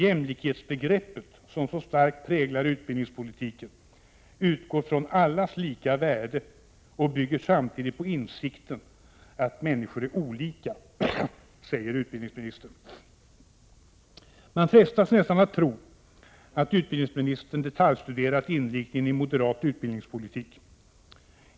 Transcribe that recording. Jämlikhetsbegreppet, som så starkt präglar utbildningspolitiken, utgår från allas lika värde och bygger samtidigt på insikten att människor är olika, säger utbildningsministern. Man frestas nästan att tro att utbildningsministern detaljstuderat inriktningen i moderat utbildningspolitik.